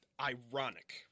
Ironic